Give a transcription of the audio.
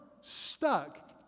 stuck